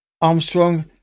Armstrong